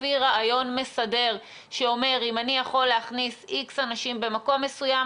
לפי רעיון מסדר שאומר: אם אני יכול להכניס X אנשים במקום מסוים,